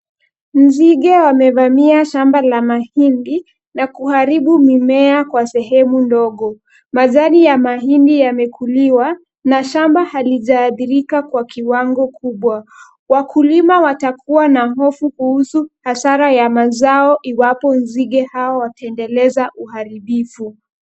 Nzige wamevamia shamba la mahindi na kuharibu mimea kwa sehemu ndogo. Majani ya mahindi yamekuliwa, na shamba halijaathirika kwa kiwango kubwa. Wakulima watakua na hofu kuhusu hasara ya mazao iwapo nzige hao wataendeleza uharibifu.